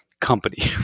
company